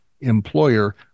employer